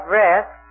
rest